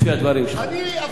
לפי הדברים שלך.